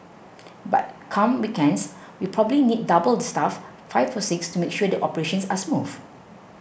but come weekends we probably need double the staff five or six to make sure the operations are smooth